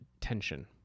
tension